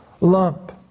lump